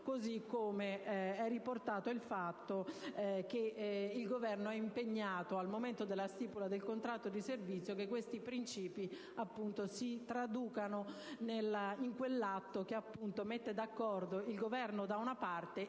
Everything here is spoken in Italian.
così come è riportato il fatto che il Governo si è impegnato al momento della stipula del contratto di servizio a che questi principi appunto si traducano in quell'atto che mette d'accordo il Governo da una parte